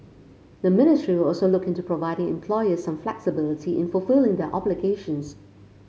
the ministry will also look into providing employers some flexibility in fulfilling their obligations